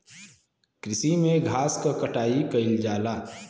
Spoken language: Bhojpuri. कृषि में घास क कटाई कइल जाला